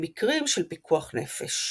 במקרים של פיקוח נפש.